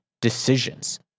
decisions